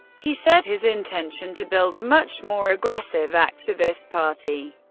he said his intention to build a much more aggressive, activist party.